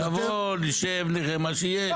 תבוא, נשב, נראה מה שיהיה.